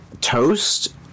toast